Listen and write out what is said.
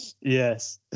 yes